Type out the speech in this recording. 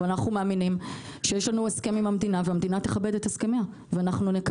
אנחנו מאמינים שיש לנו הסכם עם המדינה והמדינה תכבד את הסכמיה ונקבל